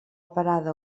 parada